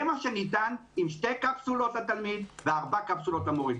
זה מה שניתן עם שתי קפסולות לתלמיד וארבע קפסולות למורים.